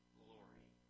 glory